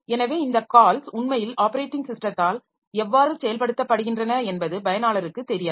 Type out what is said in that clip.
எனவே இந்த கால்ஸ் உண்மையில் ஆப்பரேட்டிங் ஸிஸ்டத்தால் எவ்வாறு செயல்படுத்தப்படுகின்றன என்பது பயனாளருக்குத் தெரியாது